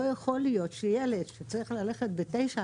לא יכול להיות שילד שצריך ללכת לישון בתשע